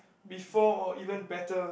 before even better